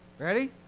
ready